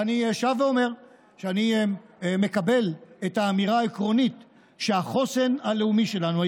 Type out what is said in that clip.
ואני שב ואומר שאני מקבל את האמירה העקרונית שהחוסן הלאומי שלנו,